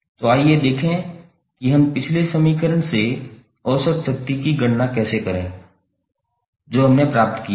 तो आइए देखें कि हम पिछले समीकरण से औसत शक्ति की गणना कैसे करेंगे जो हमने प्राप्त की है